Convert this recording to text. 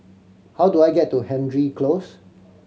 how do I get to Hendry Close